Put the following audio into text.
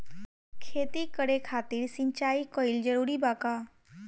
खेती करे खातिर सिंचाई कइल जरूरी बा का?